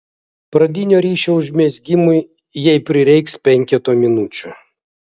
pradinio ryšio užmezgimui jai prireiks penketo minučių